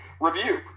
review